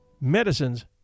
medicines